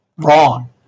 wrong